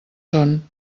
són